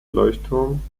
leuchtturm